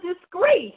disgrace